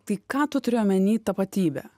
tai ką tu turi omeny tapatybę